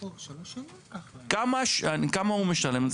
כמה הוא משלם,